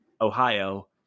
Ohio